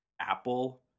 Apple